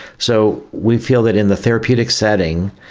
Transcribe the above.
so we feel that in the therapeutic setting,